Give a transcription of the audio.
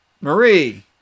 Marie